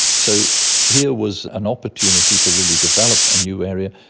so here was an opportunity to really develop a new area,